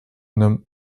nomme